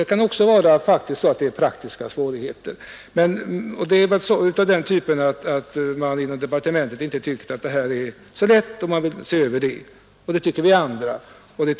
Det kan faktiskt också föreligga praktiska svårigheter av sådant slag att man inom departementet har tyckt att det är bättre att se över hela frågan. Vi andra instämmer i det.